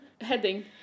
Heading